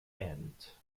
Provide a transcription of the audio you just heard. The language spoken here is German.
end